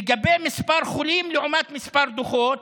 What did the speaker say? לגבי מספר חולים לעומת מספר דוחות,